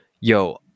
yo